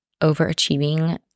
overachieving